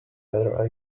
whether